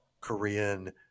korean